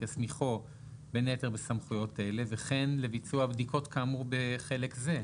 יסמיכו בין היתר בסמכויות אלה וכן לביצוע בדיקות כאמור בחלק זה.